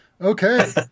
Okay